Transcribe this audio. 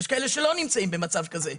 יש כאלה שלא נמצאים במצב כזה.